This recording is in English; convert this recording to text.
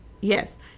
yes